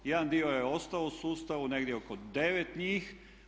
Jedan dio je ostao u sustavu, negdje oko 9 njih.